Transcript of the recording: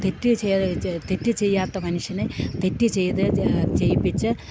തെറ്റ് തെറ്റേ ചെയ്യാത്ത മനുഷ്യന് തെറ്റ് ചെയ്ത് ചെയ്യിപ്പിച്ച്